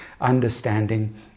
understanding